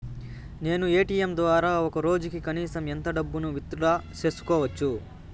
నేను ఎ.టి.ఎం ద్వారా ఒక రోజుకి కనీసం ఎంత డబ్బును విత్ డ్రా సేసుకోవచ్చు?